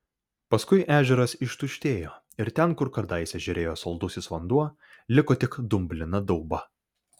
paskui ežeras ištuštėjo ir ten kur kadaise žėrėjo saldusis vanduo liko tik dumblina dauba